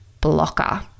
blocker